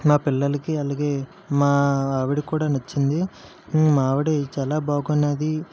నా పిల్లలకి అలాగే మా ఆవిడకి కూడా నచ్చింది మా ఆవిడ చాలా బాగుంది